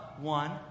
one